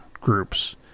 groups